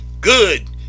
Good